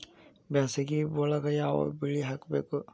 ಬ್ಯಾಸಗಿ ಒಳಗ ಯಾವ ಬೆಳಿ ಹಾಕಬೇಕು?